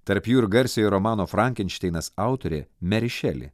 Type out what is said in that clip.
tarp jų ir garsiojo romano frankenšteinas autorė meri šeli